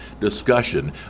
discussion